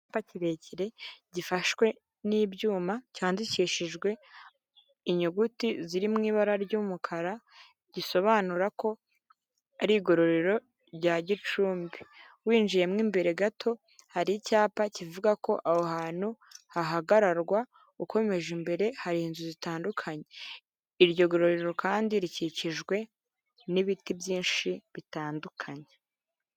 Icyapa kirekire gifashwe n'ibyuma cyandikishijwe inyuguti zirimu ibara ry'umukara gisobanura ko ari igororero rya gicumbi. Winjiyemo imbere gato hari icyapa kivuga ko aho hantu hahagararwa, ukomeje imbere hari inzu zitandukanye. Iryo gororero kandi rikikijwe n'ibiti byinshi bitandukanye.